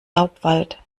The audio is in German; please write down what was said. laubwald